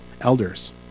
elders